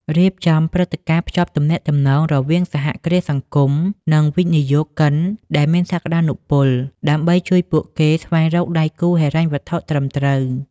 រៀបចំព្រឹត្តិការណ៍ភ្ជាប់ទំនាក់ទំនងរវាងសហគ្រាសសង្គម និងវិនិយោគិនដែលមានសក្តានុពល ដើម្បីជួយពួកគេស្វែងរកដៃគូហិរញ្ញវត្ថុត្រឹមត្រូវ ។